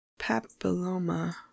Papilloma